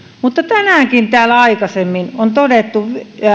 kuitenkin tänäänkin on täällä aikaisemmin todettu